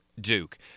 Duke